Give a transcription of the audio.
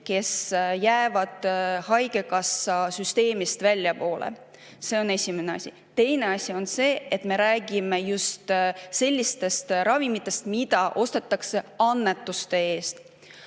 kes jäävad haigekassa süsteemist väljapoole. See on esimene asi. Teine asi on see, et me räägime just sellistest ravimitest, mida ostetakse annetuste eest.